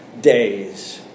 days